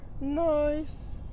Nice